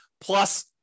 Plus